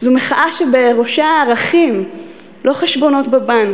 זו מחאה שבראשה ערכים, לא חשבונות בבנק.